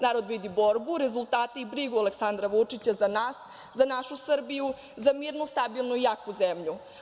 Narod vidi borbu, rezultate i brigu Aleksandra Vučića za nas, za našu Srbiji, za mirnu, stabilnu i jaku zemlju.